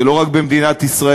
זה לא רק במדינת ישראל,